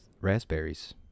raspberries